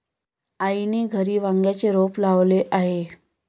आईने घरी वांग्याचे रोप लावले आहे